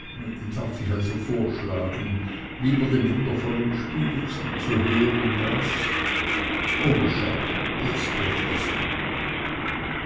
darf ich also vorschlagen lieber dem wundervollen spiele zuzuhören das o wie schade jetzt bricht es ab